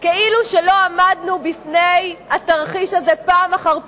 כאילו לא עמדנו בפני התרחיש הזה פעם אחר פעם,